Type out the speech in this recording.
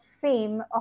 fame